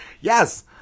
Yes